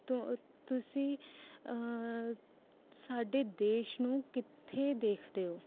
ਤੂੰ ਤੁਸੀਂ ਸਾਡੇ ਦੇਸ਼ ਨੂੰ ਕਿੱਥੇ ਦੇਖਦੇ ਹੋ